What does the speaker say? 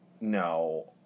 No